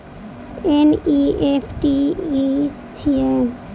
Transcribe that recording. NEFT की छीयै?